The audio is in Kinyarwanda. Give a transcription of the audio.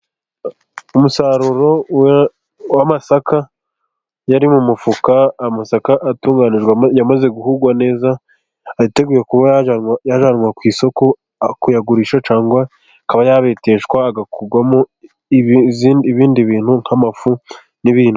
Umusaruro w'amasaka, iyo ari mu mufuka, amasaka atunganyijwe yamaze guhugwa neza, ateguye kuba yajyanwa ku isoko kuyagurisha cyangwa akaba yabeteshwa agakugwamo izindi, ibindi bintu nk'amafu n'ibindi.